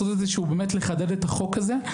לחדד את החוק הזה,